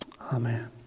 amen